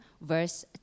verse